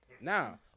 Now